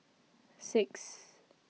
six